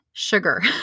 sugar